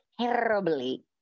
terribly